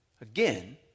Again